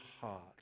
heart